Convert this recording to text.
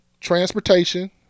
transportation